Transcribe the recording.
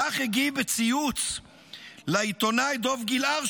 כך הגיב בציוץ לעיתונאי דב גיל-הר,